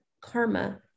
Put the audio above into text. karma